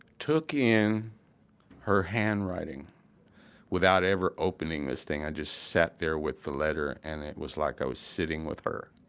took in her handwriting without ever opening this thing. i just sat there with the letter, and it was like i was sitting with her.